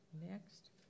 next